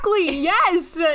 Yes